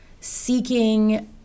seeking